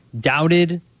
doubted